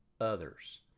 others